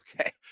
okay